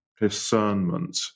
discernment